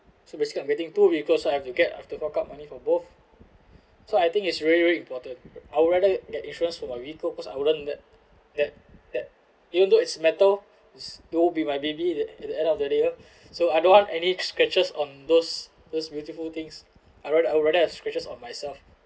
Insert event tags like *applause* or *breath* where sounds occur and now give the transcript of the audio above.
so basically I'm getting two vehicles so I have to get I have to fork out money for both *breath* so I think it's really really important I would rather get insurance for a vehicle cause I wouldn't that that that even though it's metal is they'll be my baby at the at the end of the day *breath* so I don't want any scratches on those those beautiful things I rather I rather have scratches on myself